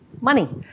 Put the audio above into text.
money